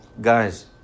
guys